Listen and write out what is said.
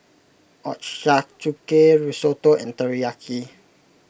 Ochazuke Risotto and Teriyaki